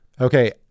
Okay